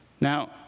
Now